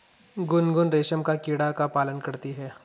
गुनगुन रेशम का कीड़ा का पालन करती है